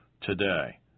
today